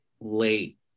late